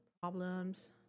problems